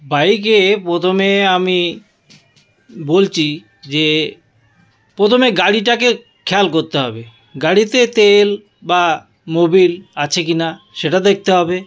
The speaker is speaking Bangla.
বাইকে প্রথমে আমি বলছি যে প্রথমে গাড়িটাকে খেয়াল করতে হবে গাড়িতে তেল বা মোবিল আছে কি না সেটা দেখতে হবে